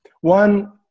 One